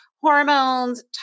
hormones